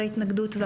מכשירי התנגדות.